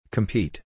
Compete